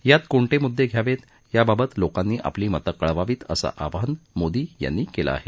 त्यात कोणते मुद्देघ्यावेत याबाबत लोकांनी आपलं मत कळवावीत असं आवाहन मोदी यांनी केलं आहे